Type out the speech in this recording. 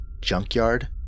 junkyard